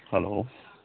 hello